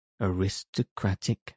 aristocratic